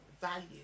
value